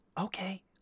okay